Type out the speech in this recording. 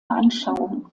anschauung